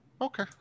Okay